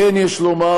כמו כן יש לומר,